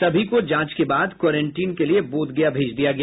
सभी को जांच के बाद क्वारेंटीन के लिये बोधगया भेज दिया गया